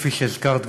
כפי שהזכרת,